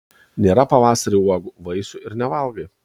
nėra pavasarį uogų vaisių ir nevalgai